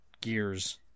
Gears